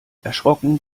erschrocken